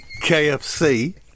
KFC